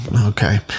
Okay